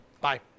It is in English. Bye